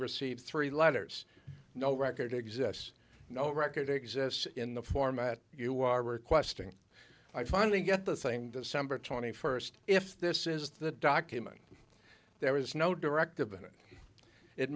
received three letters no record exists no record exists in the format you are requesting i finally get the same december twenty first if this is the document there is no directive in it it